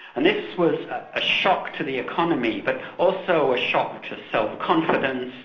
and this was ah a shock to the economy but also a shock to self-confidence,